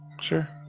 Sure